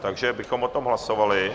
Takže bychom o tom hlasovali.